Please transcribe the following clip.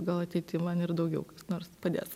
gal ateity man ir daugiau kas nors padės